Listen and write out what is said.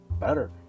better